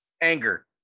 anger